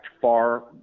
far